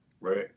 right